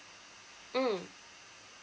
mm